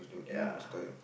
ya